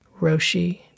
Roshi